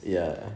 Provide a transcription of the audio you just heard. ya